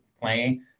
playing